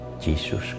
Jesus